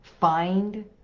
find